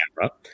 camera